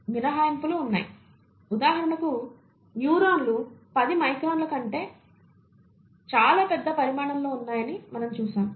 మినహాయింపులు ఉన్నాయి ఉదాహరణకు న్యూరాన్లు 10 మైక్రాన్ల కంటే చాలా పెద్ద పరిమాణంలో ఉన్నాయని మనము చూస్తాము